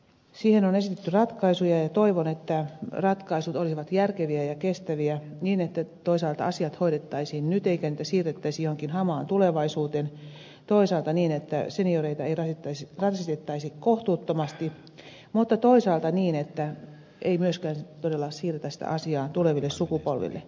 siihen on esitetty ratkaisuja ja toivon että ratkaisut olisivat järkeviä ja kestäviä niin että asiat hoidettaisiin nyt eikä niitä siirrettäisi johonkin hamaan tulevaisuuteen toisaalta niin että senioreita ei rasitettaisi kohtuuttomasti mutta toisaalta niin että ei myöskään todella siirretä sitä asiaa tuleville sukupolville